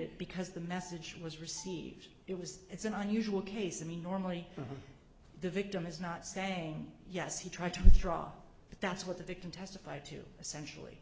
it because the message was received it was it's an unusual case and normally the victim is not saying yes he tried to withdraw but that's what the victim testified to essentially